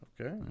Okay